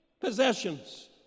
possessions